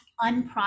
unprocessed